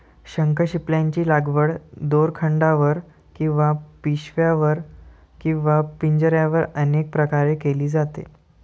शंखशिंपल्यांची लागवड दोरखंडावर किंवा पिशव्यांवर किंवा पिंजऱ्यांवर अनेक प्रकारे केली जाते